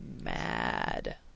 Mad